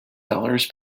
dollars